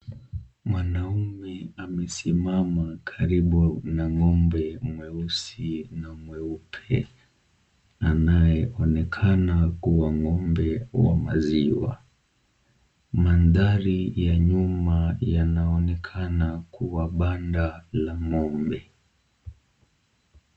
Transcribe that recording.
Mwanamume amesimama karibu na ng'ombe mweusi na mweupe anayeonekana kuwa ng'ombe wa maziwa. Mandhari ya nyuma yanaonekana kuwa banda la ng'ombe.